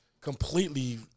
completely